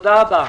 תודה רבה.